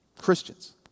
Christians